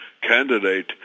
candidate